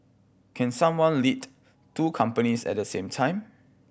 can someone lead two companies at the same time